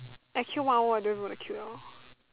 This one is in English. actually one hour I don't even want to queue liao